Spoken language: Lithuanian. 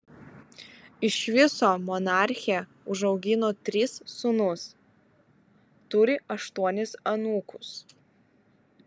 iš viso monarchė užaugino tris sūnus turi aštuonis anūkus